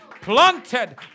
planted